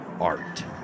art